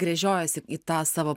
gręžiojasi į tą savo